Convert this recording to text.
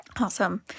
Awesome